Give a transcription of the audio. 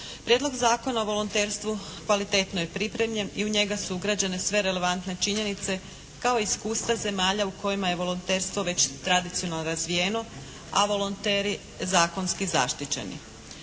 Prijedlog Zakona o volonterstvu kvalitetno je pripremljen i u njemu su ugrađene sve relevantne činjenice kao i iskustva zemalja u kojima je volonterstvo već tradicionalno razvijeno, a volonteri zakonski zaštićeni.